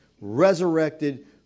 resurrected